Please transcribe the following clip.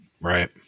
Right